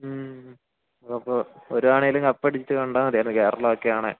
മ്മ് അപ്പോള് ഒരാളേലും കപ്പടിച്ചുകണ്ടാല് മതിയായിരുന്നു കേരളമൊക്കെ ആണെങ്കില്